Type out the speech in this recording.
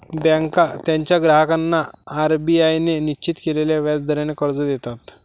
बँका त्यांच्या ग्राहकांना आर.बी.आय ने निश्चित केलेल्या व्याज दराने कर्ज देतात